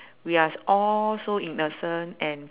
we are all so innocent and